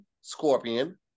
scorpion